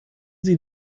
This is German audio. sie